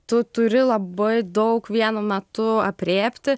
tu turi labai daug vienu metu aprėpti